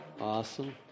Awesome